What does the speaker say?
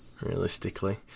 Realistically